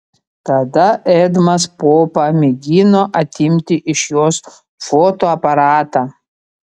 tada edmas popa mėgino atimti iš jos fotoaparatą